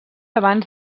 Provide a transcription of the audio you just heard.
abans